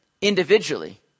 individually